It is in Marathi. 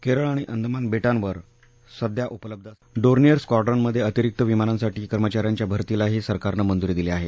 केरळ आणि अंदमान बे ाव्रिर सध्या उपलब्ध असलेल्या डोर्नियर स्क्वाडूनमध्ये अतिरीक्त विमानांसाठी कर्मचाऱ्यांच्या भरतीलाही सरकारनं मंजुरी दिली आहे